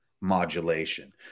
modulation